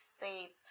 safe